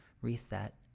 reset